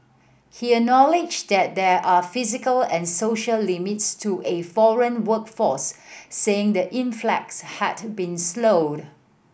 he acknowledged that there are physical and social limits to a foreign workforce saying the influx had been slowed